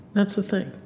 that's the thing.